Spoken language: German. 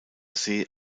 see